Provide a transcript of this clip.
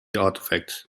artifacts